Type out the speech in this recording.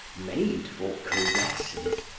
made for caresses,